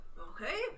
Okay